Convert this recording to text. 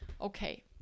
Okay